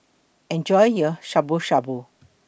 Enjoy your Shabu Shabu